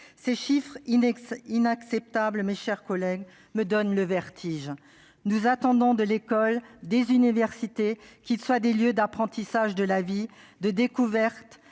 Ces chiffres inacceptables me donnent le vertige. Nous attendons des écoles et des universités qu'elles soient des lieux d'apprentissage de la vie, de découverte